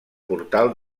portal